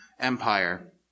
Empire